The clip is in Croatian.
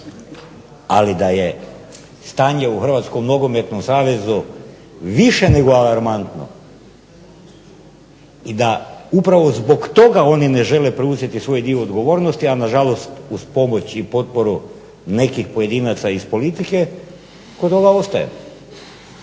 Ali da je stanje u Hrvatskom nogometnom savezu više nego alarmantno i da upravo zbog toga oni ne žele preuzeti svoj dio odgovornosti, a nažalost uz pomoć i potporu nekih pojedinaca iz politike, kod toga ostajem.